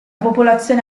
popolazione